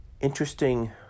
interesting